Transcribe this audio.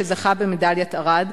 שזכה במדליית ארד.